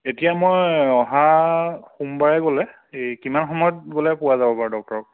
এতিয়া মই অহা সোমবাৰে গ'লে এই কিমান সময়ত গ'লে পোৱা যাব বাৰু ডক্টৰক